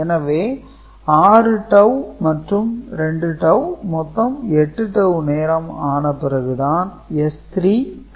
எனவே 6 டவூ மற்றும் 2 டவூ மொத்தம் 8 டவூ நேரம் ஆன பிறகுதான் S3 கிடைக்கும்